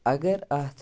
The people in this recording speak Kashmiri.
اَگر اَتھ